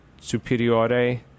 Superiore